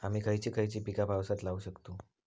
आम्ही खयची खयची पीका पावसात लावक शकतु?